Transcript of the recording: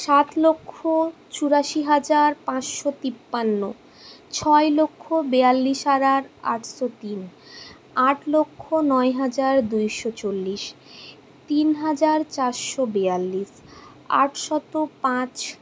সাত লক্ষ চুরাশি হাজার পাঁচশো তিপান্ন ছয় লক্ষ বেয়াল্লিশ হাজার আটশো তিন আট লক্ষ নয় হাজার দুইশো চল্লিশ তিন হাজার চারশো বেয়াল্লিশ আটশত পাঁচ